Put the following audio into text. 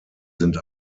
sind